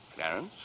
Clarence